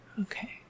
Okay